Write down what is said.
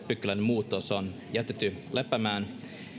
pykälän muutos on jätetty lepäämään